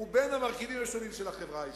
ובין המרכיבים השונים של החברה הישראלית.